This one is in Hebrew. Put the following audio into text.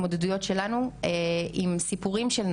ואחרי עבודה משפטית עמוקה מאוד,